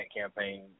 campaign